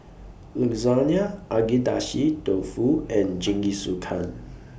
Lasagne Agedashi Dofu and Jingisukan